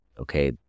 okay